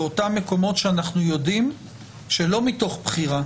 באותם מקומות שאנחנו יודעים שלא מתוך בחירה,